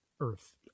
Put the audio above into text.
Earth